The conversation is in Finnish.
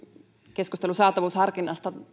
keskustelu saatavuusharkinnasta